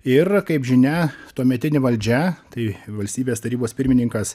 ir kaip žinia tuometinė valdžia tai valstybės tarybos pirmininkas